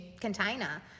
container